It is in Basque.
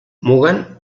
mugan